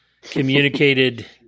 communicated